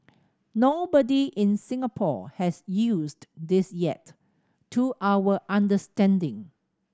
nobody in Singapore has used this yet to our understanding